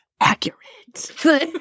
accurate